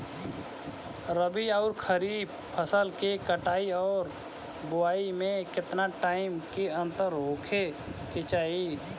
रबी आउर खरीफ फसल के कटाई और बोआई मे केतना टाइम के अंतर होखे के चाही?